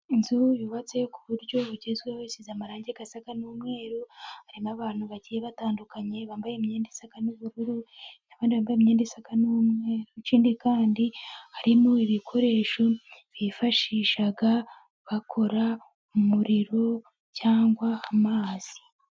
Inzu yubatse ku buryo bugezweho isize amarangi asa n'umweru, harimo abantu bagiye batandukanye bambaye imyenda isa n'ubururu, n'abandi bambaye imyenda isa n'umweru, ikindi kandi harimo ibikoresho bifashisha bakora umuriro cyangwa amazi.